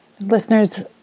Listeners